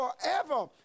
forever